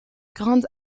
grandes